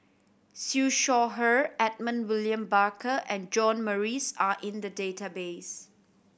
Siew Shaw Her Edmund William Barker and John Morrice are in the database